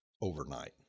overnight